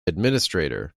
administrator